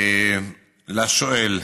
לשואל,